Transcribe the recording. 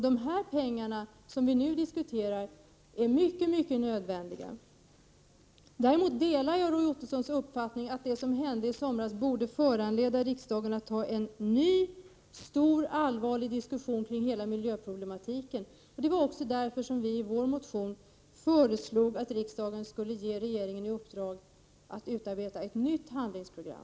De pengar som vi nu diskuterar är helt nödvändiga. Däremot delar jag Roy Ottossons uppfattning att det som hände i somras borde föranleda riksdagen att ta en ny stor och allvarlig diskussion kring hela miljöproblematiken. Det var också därför som vi i vår motion föreslog att riksdagen skulle ge regeringen i uppdrag att utarbeta ett nytt handlingsprogram.